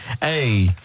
Hey